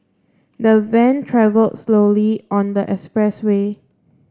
the van travelled slowly on the expressway